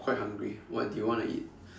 quite hungry what do you want to eat